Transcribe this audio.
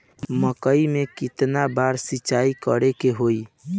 मकई में केतना बार सिंचाई करे के होई?